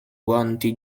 guanti